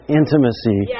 intimacy